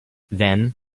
then